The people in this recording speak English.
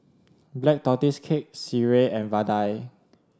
Black Tortoise Cake Sireh and Vadai